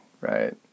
right